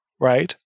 right